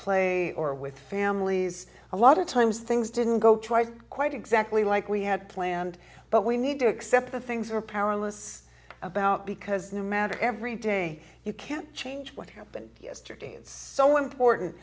play or with families a lot of times things didn't go quite exactly like we had planned but we need to accept the things are perilous about because no matter every day you can't change what happened yesterday it's so important